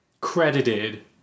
credited